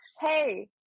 Hey